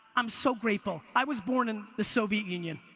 i'm so grateful. i was born in the soviet union.